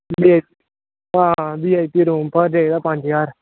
वी I हां V I P room तुसें पेई ना पंज ज्हार